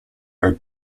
are